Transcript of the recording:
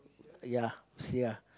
ya see ah